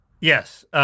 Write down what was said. Yes